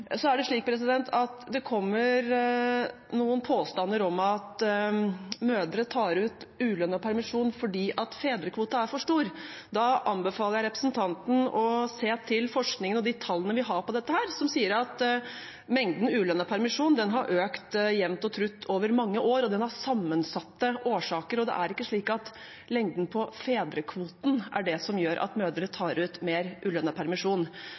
Det kommer noen påstander om at mødre tar ut ulønnet permisjon fordi fedrekvoten er for stor. Da anbefaler jeg representanten å se til forskningen og de tallene vi har på dette, som sier at mengden ulønnet permisjon har økt jevnt og trutt over mange år. Det har sammensatte årsaker, og det er ikke slik at lengden på fedrekvoten er det som gjør at mødre tar ut mer ulønnet permisjon.